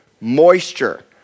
Moisture